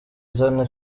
zana